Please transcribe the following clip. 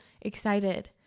excited